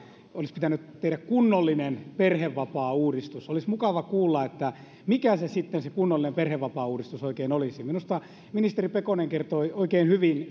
olisi pitänyt tehdä kunnollinen perhevapaauudistus olisi mukava kuulla mikä se kunnollinen perhevapaauudistus sitten oikein olisi minusta ministeri pekonen kertoi oikein hyvin